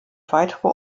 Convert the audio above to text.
weitere